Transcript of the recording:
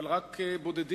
אבל רק בודדים,